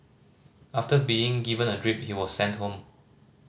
after being given a drip he was sent home